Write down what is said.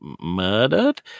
murdered